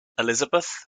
elizabeth